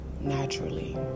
Naturally